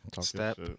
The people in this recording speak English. Step